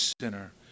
sinner